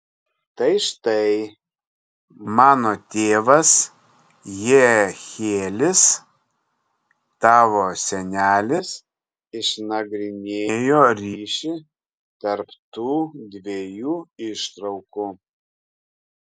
tai štai mano tėvas jehielis tavo senelis išnagrinėjo ryšį tarp tų dviejų ištraukų